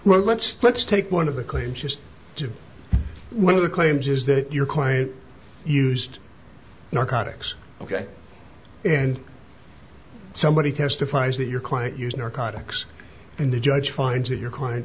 well let's let's take one of the claims just to be one of the claims is that your client used narcotics ok and somebody testifies that your client use narcotics and the judge finds that your client